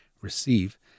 receive